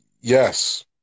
Yes